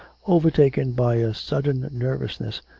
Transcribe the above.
overtaken by a sudden nervousness,